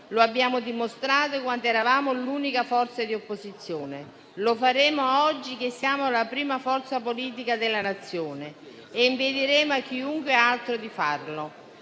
lo abbiamo dimostrato quando eravamo l'unica forza di opposizione, lo faremo oggi che siamo la prima forza politica della Nazione e impediremo a chiunque altro di farlo.